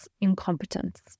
incompetence